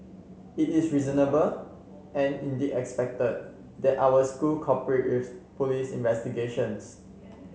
it is reasonable and indeed expected that our school cooperate with police investigations